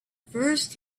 first